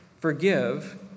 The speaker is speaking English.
Forgive